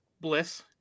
Bliss